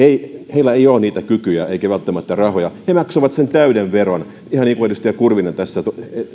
heillä ei ole niitä kykyjä eikä välttämättä rahoja he maksoivat sen täyden veron ihan niin kuin edustaja kurvinen tässä